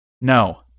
No